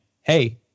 hey